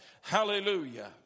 Hallelujah